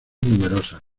numerosas